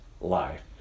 life